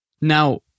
Now